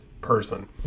person